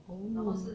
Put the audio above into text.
oh